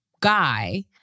guy